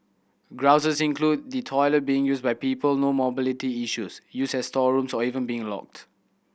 grouses include the toilet being used by people no mobility issues used as storerooms or even being locked